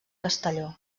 castelló